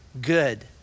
good